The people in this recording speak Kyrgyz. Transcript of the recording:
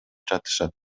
жатышат